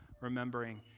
remembering